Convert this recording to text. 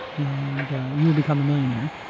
and you'll become a millionaire,